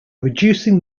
reducing